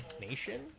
nation